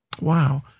Wow